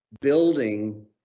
building